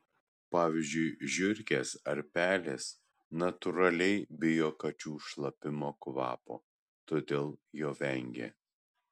pavyzdžiui žiurkės ar pelės natūraliai bijo kačių šlapimo kvapo todėl jo vengia